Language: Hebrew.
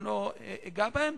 ולא אגע בהן.